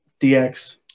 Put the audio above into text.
DX